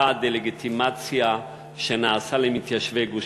הדה-לגיטימציה שנעשה למתיישבי גוש-קטיף,